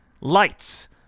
Lights